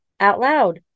OutLoud